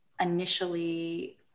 initially